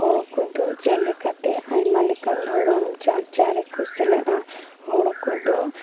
ᱦᱚᱲ ᱠᱚᱫᱚ ᱪᱮᱫ ᱞᱮᱠᱟᱛᱮ ᱟᱭᱢᱟ ᱞᱮᱠᱟᱱ ᱫᱷᱚᱨᱚᱢ ᱪᱟᱨᱪᱟᱣ ᱨᱮᱠᱚ ᱥᱮᱱᱚᱜᱼᱟ ᱦᱚᱲ ᱠᱚᱫᱚ